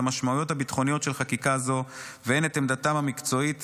המשמעויות הביטחוניות של חקיקה זו והן את עמדתם המקצועית